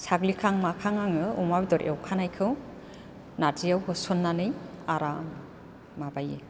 साग्लिखां माखां आङो अमा बेदर एवखानायखौ नारजिआव होस'ननानै आराम माबायो